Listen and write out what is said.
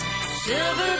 Silver